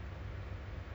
cancelled